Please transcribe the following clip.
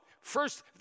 first